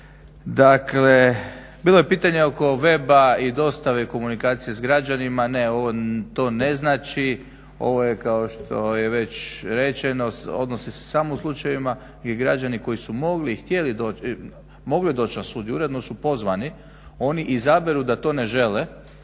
Dakle, bilo je pitanja oko weba i dostave, i komunikacije s građanima, ne ovo to ne znači, ovo je kako što je već rečeno, odnosi si se samo u slučajevima gdje građani koji su mogli i htjeli, mogli doć na sud i uredno su pozvani, oni izaberu da to ne žele,